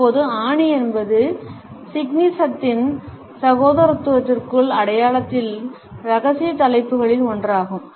இப்போது ஆணி என்பது சிக்னிசத்தின் சகோதரத்துவத்திற்குள் அடையாளத்தின் ரகசிய தலைப்புகளில் ஒன்றாகும்